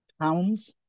pounds